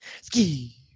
Ski